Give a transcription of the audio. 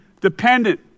dependent